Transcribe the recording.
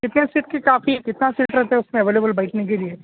کتنے سیٹ کی کافی کتنا سیٹ رہتا ہے اس میں اویلیبل بیٹھنے کے لئے